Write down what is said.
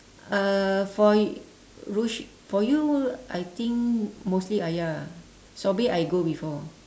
uh for y~ rosh~ for you I think mostly ayah sobri I go before